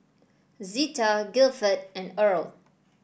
Zetta Gilford and Earle